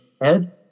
Ed